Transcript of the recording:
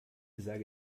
sage